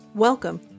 Welcome